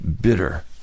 bitter